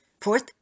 Fourth